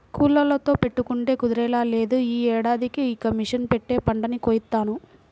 కూలోళ్ళతో పెట్టుకుంటే కుదిరేలా లేదు, యీ ఏడాదికి ఇక మిషన్ పెట్టే పంటని కోయిత్తాను